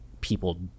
people